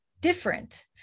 different